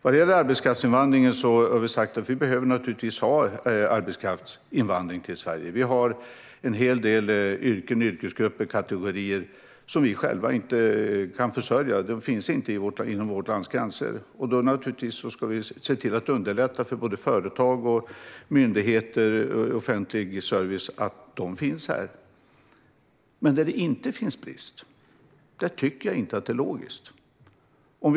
Vad gäller arbetskraftsinvandringen har vi sagt att vi behöver ha en sådan till Sverige. Vi har en hel del yrken, yrkesgrupper och kategorier som vi själva inte kan försörja. Arbetskraften finns inte inom vårt lands gränser. Då ska vi naturligtvis se till att underlätta för både företag, myndigheter och offentlig service genom att se till att den finns här. Men där det inte råder brist tycker jag inte att det är logiskt med arbetskraftsinvandring.